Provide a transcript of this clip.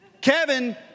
Kevin